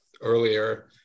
earlier